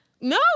no